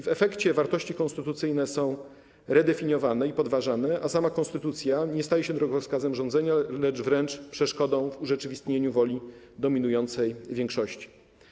W efekcie wartości konstytucyjne są redefiniowane i podważane, a sama konstytucja nie staje się drogowskazem rządzenia, lecz wręcz przeszkodą w urzeczywistnieniu woli dominującej większości.